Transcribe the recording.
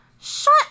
Shut